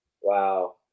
wow